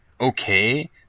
okay